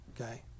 okay